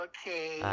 Okay